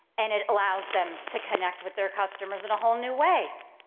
and it allows them to connect with their customers in a whole new way.